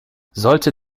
sollte